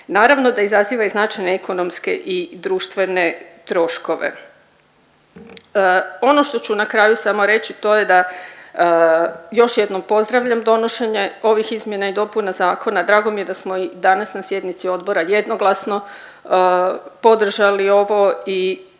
Naravno da izaziva i značajne ekonomske i društvene troškove. Ono što ću na kraju samo reći to je da još jednom pozdravljam donošenje ovih izmjena i dopuna zakona, drago mi je da smo i danas na sjednici odbora jednoglasno podržali ovo i